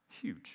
huge